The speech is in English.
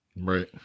Right